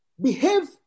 Behave